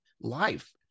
life